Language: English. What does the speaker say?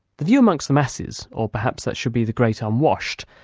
the view amongst the masses, or perhaps that should be the great ah unwashed,